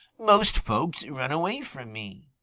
most folks run away from me,